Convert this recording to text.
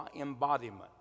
embodiment